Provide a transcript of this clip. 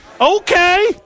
Okay